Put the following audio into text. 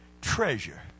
treasure